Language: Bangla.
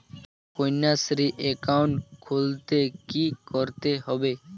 কন্যাশ্রী একাউন্ট খুলতে কী করতে হবে?